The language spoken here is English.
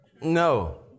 No